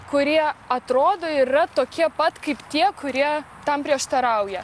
kurie atrodo yra tokie pat kaip tie kurie tam prieštarauja